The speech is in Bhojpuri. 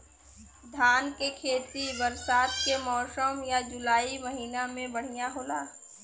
धान के खेती बरसात के मौसम या जुलाई महीना में बढ़ियां होला?